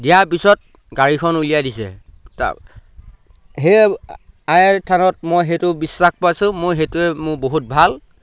দিয়াৰ পিছত গাড়ীখন উলিয়াই দিছে সেই আই থানত মই সেইটো বিশ্বাস পাইছোঁ মই সেইটোৱে মোৰ বহুত ভাল